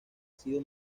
sido